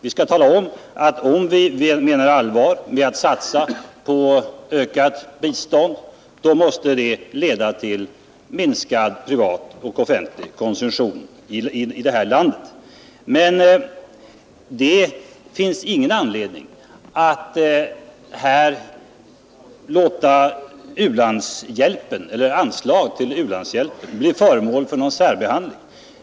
Vi skall klargöra att om man menar allvar med att satsa på ökat bistånd, då måste man acceptera att detta leder till minskad privat och offentlig konsumtion i vårt land. Men det finns ingen anledning att här låta anslag till u-landshjälpen bli föremål för någon särbehandling.